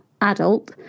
adult